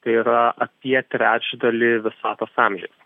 tai yra apie trečdalį visatos amžiais